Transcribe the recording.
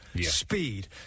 Speed